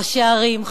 ראשי ערים,